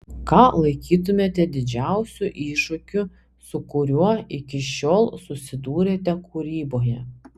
ką laikytumėte didžiausiu iššūkiu su kuriuo iki šiol susidūrėte kūryboje